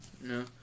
No